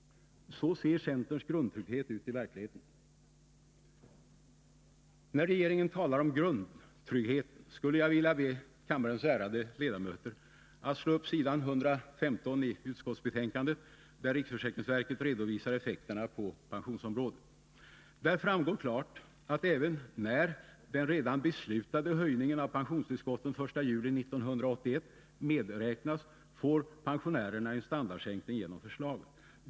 Så ser centerns grundtrygget ut i verkligheten! När regeringen talar om grundtryggheten skulle jag vilja be kammarens ärade ledamöter att slå upp s. 115 i utskottsbetänkandet, där riksförsäkringsverket redovisar effekterna på pensionsområdet. Där framgår klart att även när den redan beslutade höjningen av pensionstillskotten den 1 juli 1981 medräknas får pensionärerna en standardsänkning genom förslaget.